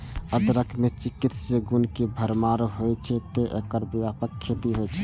अदरक मे चिकित्सीय गुण के भरमार होइ छै, तें एकर व्यापक खेती होइ छै